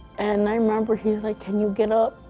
and i remember he was like, can you get up?